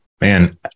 Man